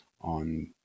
on